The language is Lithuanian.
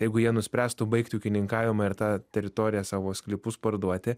jeigu jie nuspręstų baigti ūkininkavimą ir tą teritoriją savo sklypus parduoti